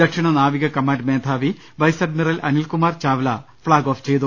ദക്ഷിണ നാവിക കമാൻഡ് മേധാവി vice admiral Anilkumar Chawla flag off ചെയ്തു